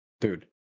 Dude